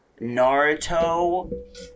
Naruto